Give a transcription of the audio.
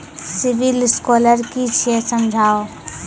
Civil score कि छियै समझाऊ?